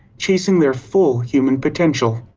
chasing their full human potential?